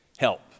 Help